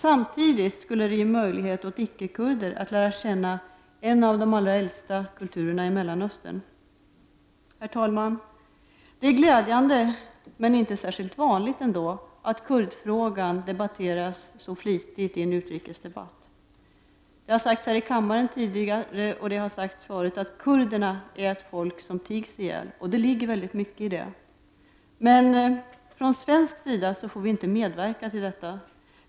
Samtidigt skulle det ge möjlighet åt icke-kurder att lära känna en av de allra äldsta kulturerna i Mellanöstern. Herr talman! Det är glädjande, men inte särskilt vanligt, att kurdfrågan debatteras så flitigt i en utrikesdebatt. Det har tidigare här i kammaren sagts att kurderna är ett folk som tigs ihjäl. Det ligger väldigt mycket i det. Men från svensk sida får vi inte medverka till detta.